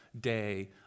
day